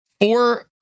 Four